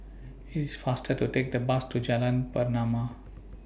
IT IS faster to Take The Bus to Jalan Pernama